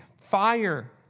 fire